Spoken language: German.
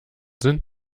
sind